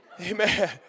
Amen